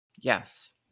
Yes